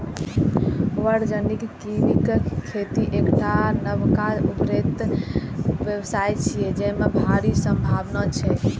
वाणिज्यिक कीवीक खेती एकटा नबका उभरैत व्यवसाय छियै, जेमे भारी संभावना छै